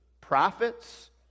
prophets